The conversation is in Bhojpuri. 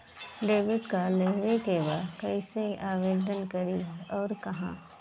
डेबिट कार्ड लेवे के बा कइसे आवेदन करी अउर कहाँ?